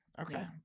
okay